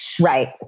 Right